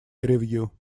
review